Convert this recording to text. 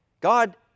God